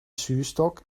zuurstok